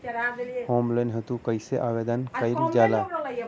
Home loan हेतु कइसे आवेदन कइल जाला?